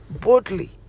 boldly